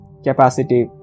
capacitive